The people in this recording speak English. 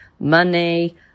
money